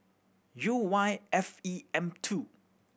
U Y F E M two